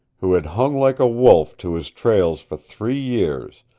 who had hung like a wolf to his trails for three years,